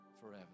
forever